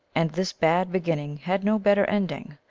and this bad beginning had no bet ter ending,